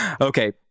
Okay